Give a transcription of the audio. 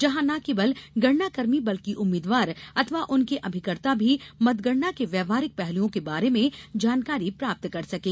जहाँ न केवल गणना कर्मी बल्कि उम्मीदवार अथवा उनके अभिकर्त्ता भी मतगणना के व्यवहारिक पहलुओं के बारे में जानकारी प्राप्त कर सकें